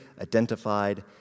identified